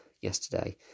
yesterday